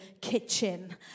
kitchen